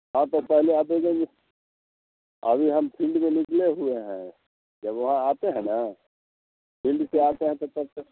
हाँ तो पहले आप दे जाइए अभी हम फील्ड में निकले हुए हैं जब वहाँ आते हैं ना फील्ड से आते हैं तो तब तक